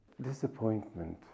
disappointment